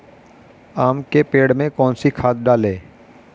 आम के पेड़ में कौन सी खाद डालें?